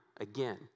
again